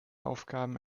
aufgaben